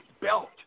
belt